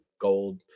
gold